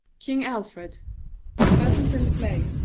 king alfred persons in the play